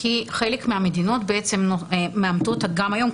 כי חלק מהמדינות מאמתות גם היום,